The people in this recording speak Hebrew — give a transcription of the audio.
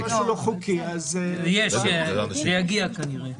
יש, זה יגיע כנראה.